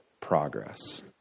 progress